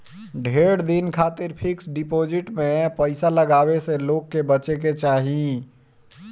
ढेर दिन खातिर फिक्स डिपाजिट में पईसा लगावे से लोग के बचे के चाही